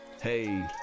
Hey